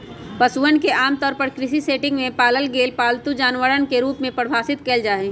पशुधन के आमतौर पर कृषि सेटिंग में पालल गेल पालतू जानवरवन के रूप में परिभाषित कइल जाहई